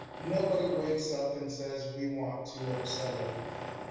nobody wakes up and says we want to upset anybody.